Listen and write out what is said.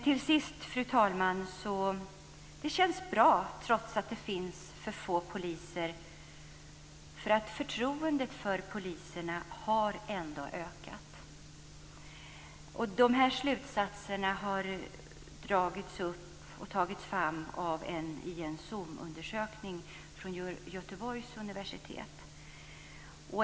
Till sist, fru talman, vill jag säga att det känns bra. Trots att det finns för få poliser har förtroendet för poliserna nämligen ökat. Denna slutsats har tagits fram i en SOM-undersökning från Göteborgs universitet.